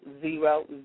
zero